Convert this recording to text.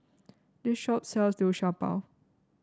this shop sells Liu Sha Bao